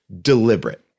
deliberate